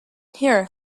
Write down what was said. here